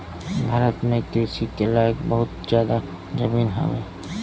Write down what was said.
भारत में कृषि के लायक बहुत जादा जमीन हउवे